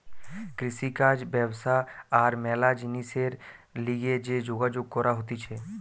কৃষিকাজ ব্যবসা আর ম্যালা জিনিসের লিগে যে যোগাযোগ করা হতিছে